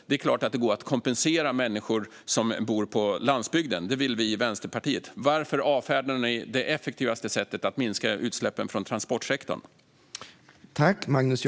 Det är klart att det går att kompensera människor som bor på landsbygden, och det vill vi i Vänsterpartiet göra. Varför avfärdar ni det effektivaste sättet att minska utsläppen från transportsektorn, Magnus Jacobsson?